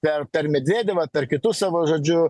per per medvedevą tarp kitus savo žodžiu